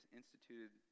instituted